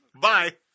Bye